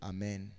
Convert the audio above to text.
Amen